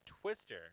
twister